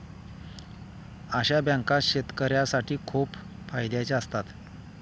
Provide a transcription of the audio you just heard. अशा बँका शेतकऱ्यांसाठी खूप फायद्याच्या असतात